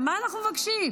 מה אנחנו מבקשים?